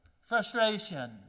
Frustration